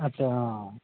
আচ্ছা অঁ